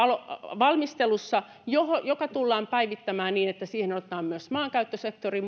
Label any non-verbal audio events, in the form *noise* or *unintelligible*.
valmistelussa ilmastolaki joka tullaan päivittämään niin että siihen otetaan mukaan myös maankäyttösektori *unintelligible*